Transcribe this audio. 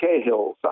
Cahill